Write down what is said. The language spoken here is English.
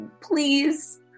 please